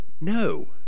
no